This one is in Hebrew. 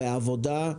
בעבודה,